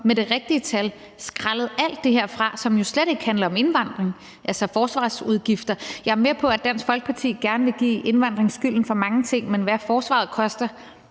med det rigtige tal, hvor alt det her er skrællet fra, som jo slet ikke handler om indvandring, f.eks. forsvarsudgifter. Jeg er med på, at Dansk Folkeparti gerne vil give indvandringen skylden for mange ting, men hvad forsvaret koster,